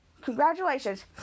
congratulations